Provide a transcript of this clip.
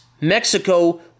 Mexico